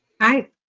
Hi